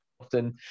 often